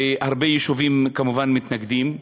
והרבה יישובים כמובן מתנגדים,